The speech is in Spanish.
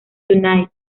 tonight